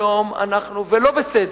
היום אנחנו, ולא בצדק,